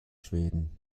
schweden